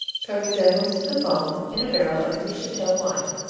from resemblance to the bung in a barrel of neuchatel wine.